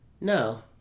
no